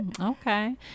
okay